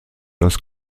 dass